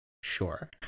sure